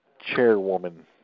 Chairwoman